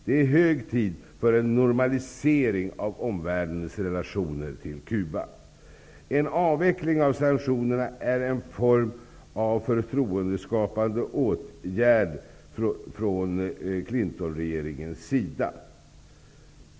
Det är hög tid för en normalisering av omvärldens relationer till En avveckling av sanktionerna är en form av förtroendeskapande åtgärd från Clintonregeringens sida.